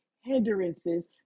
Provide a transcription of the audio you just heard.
hindrances